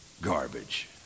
garbage